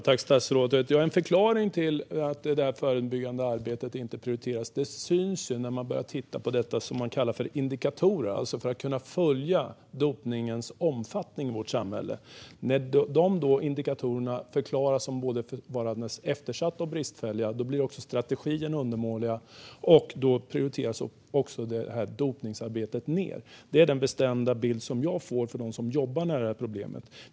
Fru talman! En förklaring till att detta förebyggande arbete inte prioriteras syns när man börjar titta på det som kallas indikatorer för att kunna följa dopningens omfattning i vårt samhälle. När dessa indikatorer är både eftersatta och bristfälliga blir också strategierna undermåliga, och då prioriteras detta dopningsarbete ned. Det är den bestämda bild som jag får från dem som jobbar nära problemet.